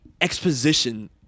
exposition